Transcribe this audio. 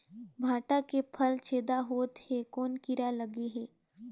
भांटा के फल छेदा होत हे कौन कीरा लगे हे?